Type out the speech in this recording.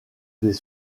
des